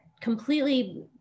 completely